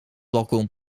balkon